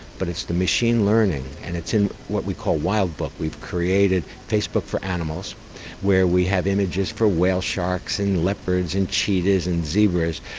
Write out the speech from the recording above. but it's the machine learning and it's in what we call wildbook, we've created facebook for animals where we have images for whale sharks and leopards and cheetahs and zebras,